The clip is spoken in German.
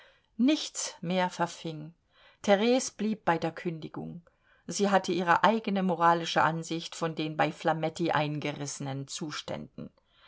nichts mehr verfing theres blieb bei der kündigung sie hatte ihre eigene moralische ansicht von den bei flametti eingerissenen zuständen